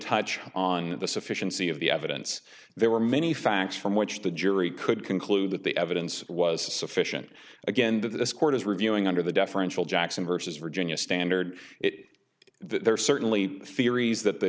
touch on the sufficiency of the evidence there were many facts from which the jury could conclude that the evidence was sufficient again that this court is reviewing under the deferential jackson versus virginia standard it there are certainly theories that the